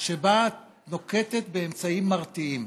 שבה את נוקטת אמצעים מרתיעים.